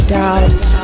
doubt